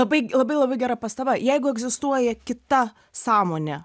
labai labai labai gera pastaba jeigu egzistuoja kita sąmonė